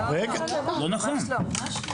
ממש לא.